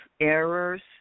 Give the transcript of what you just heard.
errors